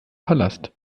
palast